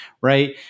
right